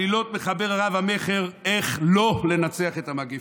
עלילות מחבר רב-המכר "איך לא לנצח את המגפה".